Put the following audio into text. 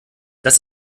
das